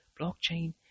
blockchain